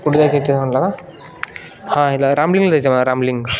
कुठे जायचं म्हटलं हां रामिलिंगला जायचं मला रामलिंग